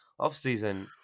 offseason